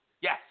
Yes